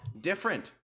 different